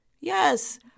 Yes